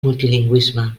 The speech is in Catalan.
multilingüisme